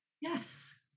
yes